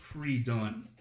pre-done